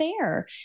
fair